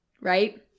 right